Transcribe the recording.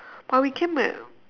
but we came at